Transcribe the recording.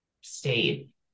state